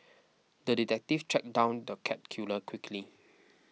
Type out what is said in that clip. the detective tracked down the cat killer quickly